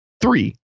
Three